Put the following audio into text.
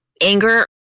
anger